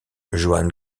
joan